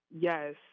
Yes